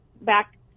back